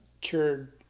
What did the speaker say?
cured